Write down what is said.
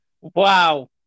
Wow